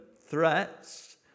threats